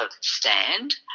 stand